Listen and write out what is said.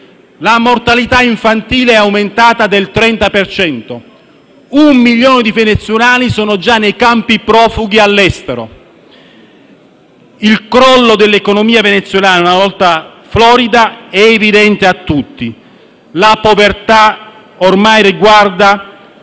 La mortalità infantile è aumentata del 30 per cento. Un milione di venezuelani sono già nei campi profughi all'estero. Il crollo dell'economia venezuelana, una volta florida, è evidente a tutti. La povertà ormai riguarda